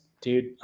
Dude